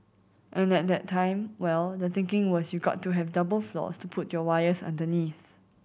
and at that time well the thinking was you got to have double floors to put your wires underneath